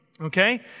Okay